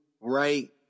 right